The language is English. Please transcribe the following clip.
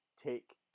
take